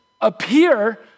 appear